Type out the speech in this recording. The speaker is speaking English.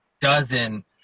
dozen